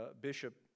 bishop